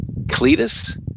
Cletus